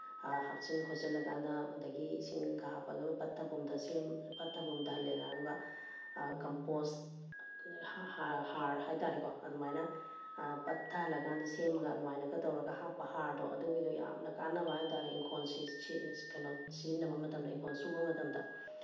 ꯍꯥꯞꯆꯤꯟ ꯈꯣꯠꯆꯤꯜꯂꯀꯥꯟꯗ ꯑꯗꯒꯤ ꯏꯁꯤꯡꯒ ꯍꯥꯞꯄꯒ ꯄꯠꯊ ꯄꯨꯝꯊ ꯄꯠꯊ ꯄꯨꯝꯊꯍꯜꯂꯦꯗꯅꯥ ꯑꯗꯨꯒ ꯀꯝꯄꯣꯁ ꯍꯥꯔ ꯍꯥꯏ ꯇꯥꯔꯦ ꯀꯣ ꯑꯗꯨꯃꯥꯏꯅ ꯄꯠꯊꯍꯜꯂꯀꯥꯟꯗ ꯁꯦꯝꯃꯒ ꯑꯗꯨꯃꯥꯏꯅꯒ ꯇꯧꯔꯒ ꯍꯥꯞꯄ ꯍꯥꯔꯗꯣ ꯑꯗꯨꯒꯤꯗꯣ ꯌꯥꯝꯅ ꯀꯥꯟꯅꯕ ꯍꯥꯏ ꯇꯥꯔꯦ ꯏꯪꯈꯣꯜ ꯀꯩꯅꯣ ꯁꯤꯖꯤꯟꯅꯕ ꯃꯇꯝꯗ ꯏꯪꯈꯣꯜ ꯁꯨꯕ ꯃꯇꯝꯗ